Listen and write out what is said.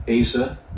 Asa